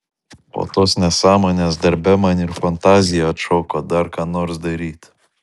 po tos nesąmonės darbe man ir fantazija atšoko dar ką nors daryt